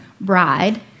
bride